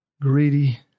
greedy